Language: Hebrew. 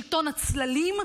שלטון הצללים,